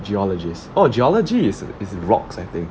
geologists oh geologists is in rocks I think